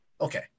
okay